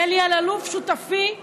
לאלי אלאלוף, שותפי לחוק,